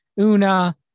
Una